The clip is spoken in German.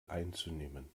einzunehmen